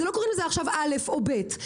לא קוראים לזה עכשיו אל"ף או בי"ת,